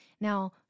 Now